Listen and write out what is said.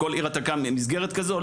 בכל עיר אתה קם עם מסגרת כזו?